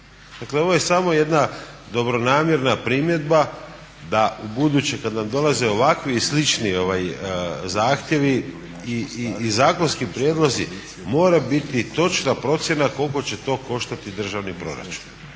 Dakle ovo je samo jedna dobronamjerna primjedba da ubuduće kada nam dolaze ovakvi i slični zahtjevi i zakonski prijedlozi mora biti točna procjena koliko će to koštati državni proračun.